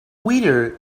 weather